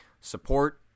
support